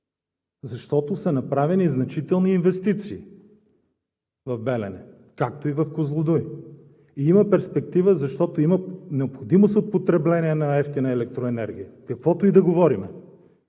защото са направени значителни инвестиции в „Белене“, както и в „Козлодуй“. Има перспектива, защото има необходимост от потребление на евтина електроенергия, каквото и да говорим,